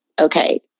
Okay